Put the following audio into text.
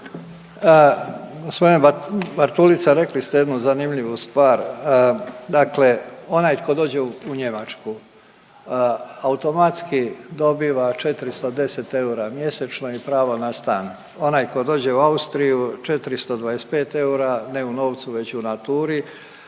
Gospodin Bartulica rekli ste jednu zanimljivu stvar, dakle onaj tko dođe u Njemačku automatski dobiva 410 eura mjesečno i pravo na stan, onaj tko dođe u Austriju 425 eura ne u novcu već u naturi,